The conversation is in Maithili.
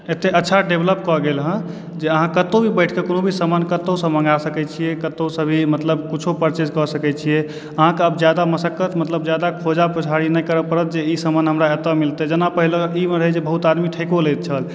एतय अच्छा डेवलप कए गेल हँ जँ अहाँ कतहुँ भी बैठकऽ कोनो भी सामान कतहुँसँ मँगा सकैत छियै कतहुँसँ भी मतलब किछु परचेज कऽ सकैत छियै अहाँके आब जादा मसक्कत मतलब ज्यादा खोजा पुछारि नहि करय पड़त मतलब जे ई सामान हमरा एतय मिलते जेना पहिले रहे जे बहुतो आदमी ठकिओ लैत छल